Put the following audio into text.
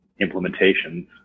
implementations